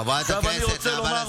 שנסעו,